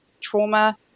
trauma